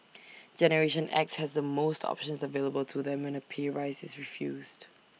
generation X has the most options available to them when A pay rise is refused